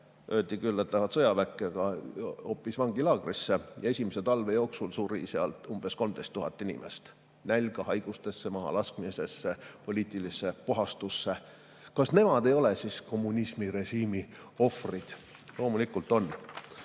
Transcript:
öeldi küll, et lähevad sõjaväkke, aga läksid hoopis vangilaagrisse. Esimese talve jooksul suri seal umbes 13 000 inimest nälga, haigustesse, mahalaskmise ja poliitilise puhastuse tõttu. Kas nemad ei ole siis kommunismirežiimi ohvrid? Loomulikult on.